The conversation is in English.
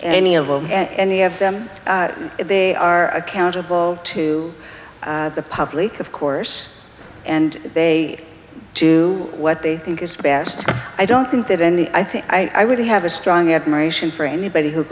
any of them and they have them they are accountable to the public of course and they do what they think is best i don't think that any i think i really have a strong admiration for anybody who